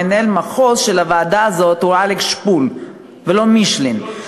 מנהל המחוז של הוועדה הזאת הוא אלכס שפול ולא מישלב,